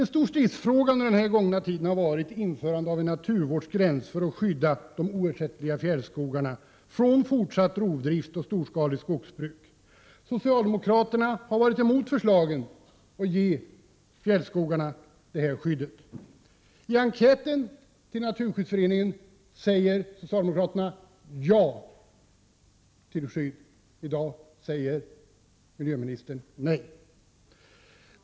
En stor stridsfråga har varit införandet av en naturvårdsgräns för att skydda de oersättliga fjällnära skogarna från fortsatt rovdrift och storskaligt skogsbruk. Socialdemokraterna har varit emot förslaget att ge fjällskogarna detta skydd. I Naturskyddsföreningens enkät säger socialdemokraterna ja till skydd, i dag säger miljöministern nej.